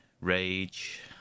Rage